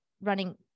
running